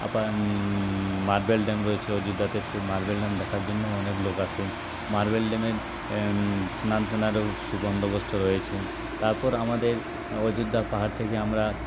আপার marble dam রয়েছে অযোধ্যাতে সেই মার্বেল ড্যাম দেখার জন্য অনেক লোক আসে মার্বেল ড্যামে স্নান টানেরও সুবন্দোবস্ত রয়েছে তারপর আমাদের অযোধ্যা পাহাড় থেকে আমরা